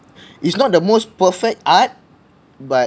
it's not the most perfect art but